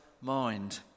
mind